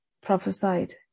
prophesied